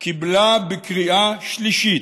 קיבלה בקריאה שלישית,